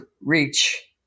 Reach